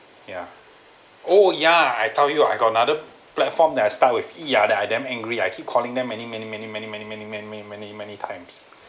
ya oh ya I tell you I got another platform that I start with ya then I damn angry I keep calling them many many many many many many many many many times